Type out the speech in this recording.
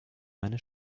meine